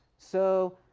so